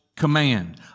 command